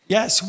Yes